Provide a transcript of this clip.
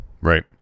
Right